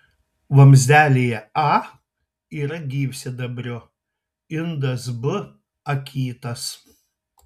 vamzdelyje a yra gyvsidabrio indas b akytas